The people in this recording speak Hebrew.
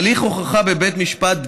הליך הוכחה בבית משפט,